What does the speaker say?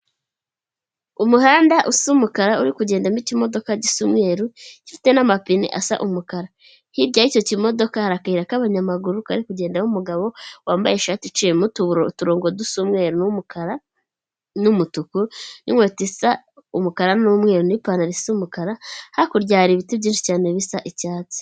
Umuhanda usa umukara uri kugendamo ikimodoka gisa umweru gifite n'amapine asa umukara, hirya y'icyo kimodoka hari akayira k'abanyamaguru, kari kugendamo umugabo wambaye ishati iciyemo uturongo dusa umweru n'umukara n'umutuku, n'inkweto zisa umukara n'umweru n'ipantaro isa umukara hakurya hari ibiti byinshi cyane bisa icyatsi.